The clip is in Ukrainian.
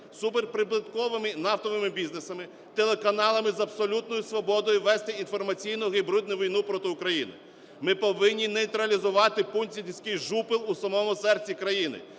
суперприбутковими нафтовими бізнесами, телеканалами з абсолютною свободою вести інформаційну гібридну війну проти України. Ми повинні нейтралізувати "путінський жупел" у самому серці країни.